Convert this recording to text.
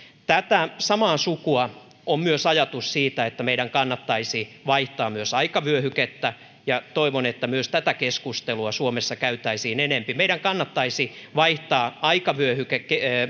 tätä samaa sukua on myös ajatus siitä että meidän kannattaisi vaihtaa aikavyöhykettä ja toivon että myös tätä keskustelua suomessa käytäisiin enempi meidän kannattaisi vaihtaa aikavyöhyke